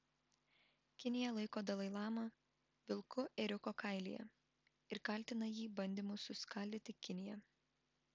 kinija laiko dalai lamą vilku ėriuko kailyje ir kaltina jį bandymu suskaldyti kiniją